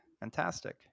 Fantastic